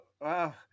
Wow